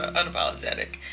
unapologetic